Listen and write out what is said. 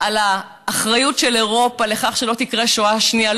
על האחריות של אירופה לכך שלא תקרה שואה שנייה,